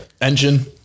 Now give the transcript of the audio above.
Engine